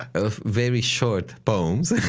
of very short poems